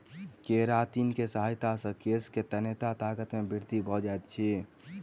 keratin के सहायता से केश के तन्यता ताकत मे वृद्धि भ जाइत अछि